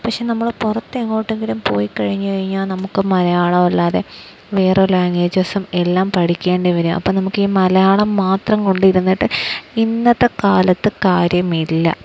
പക്ഷെ നമ്മള് പുറത്തെങ്ങോട്ടെങ്കിലും പോയിക്കഴിഞ്ഞാല് നമുക്ക് മലയാളമല്ലാതെ വേറെ ലാംഗ്വേജസുമെല്ലാം പഠിക്കേണ്ടി വരും അപ്പോള് നമുക്ക് മലയാളം മാത്രം കൊണ്ടിരുന്നിട്ട് ഇന്നത്തെക്കാലത്ത് കാര്യമില്ല